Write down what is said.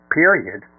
period